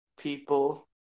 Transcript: people